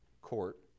court